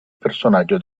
personaggio